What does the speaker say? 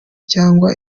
cyangwa